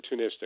opportunistic